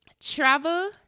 Travel